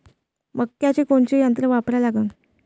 मक्याचं कोनचं यंत्र वापरा लागन?